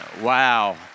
Wow